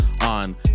on